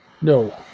no